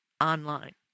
online